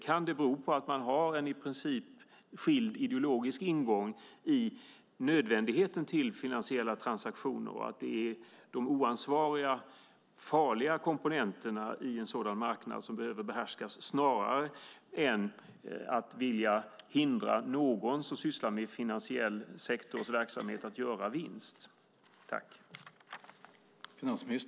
Kan det bero på att han har en annan ideologisk ingång när det gäller nödvändigheten av finansiella transaktioner, och att det är de oansvariga, farliga komponenterna i en sådan marknad som behöver behärskas snarare än viljan att hindra någon som sysslar med finansiell verksamhet att göra vinst?